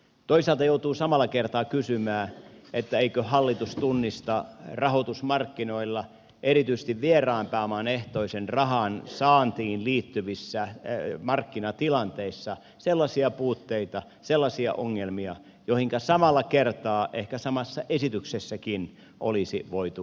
toisaalta joutuu samalla kertaa kysymään eikö hallitus tunnista rahoitusmarkkinoilla erityisesti vieraan pääoman ehtoisen rahan saantiin liittyvissä markkinatilanteissa sellaisia puutteita sellaisia ongelmia joihinka samalla kertaa ehkä samassa esityksessäkin olisi voitu kajota